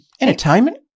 entertainment